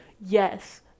yes